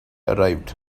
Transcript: arrived